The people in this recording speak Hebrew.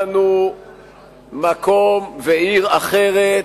מקום ועיר אחרת.